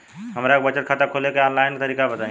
हमरा के बचत खाता खोले के आन लाइन तरीका बताईं?